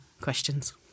questions